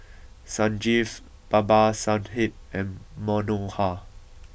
Sanjeev Babasaheb and Manohar